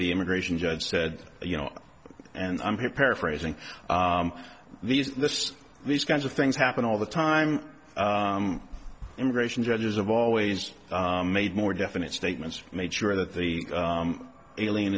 the immigration judge said you know and i'm here paraphrasing these these kinds of things happen all the time immigration judges have always made more definite statements made sure that the alien